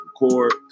record